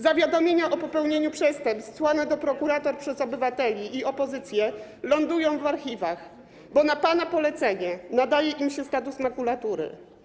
Zawiadomienia o popełnieniu przestępstw słane do prokuratur przez obywateli i opozycję lądują w archiwach, bo na pana polecenie nadaje im się status makulatury.